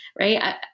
right